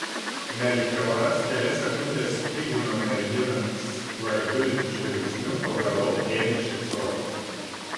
melchioras kelias sekundes spigino merginą skvarbiu žvilgsniu kol galop ėmė šypsotis